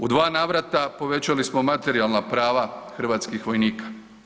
U dva navrata povećali smo materijalna prava hrvatskih vojnika.